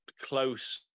close